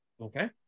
Okay